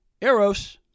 Eros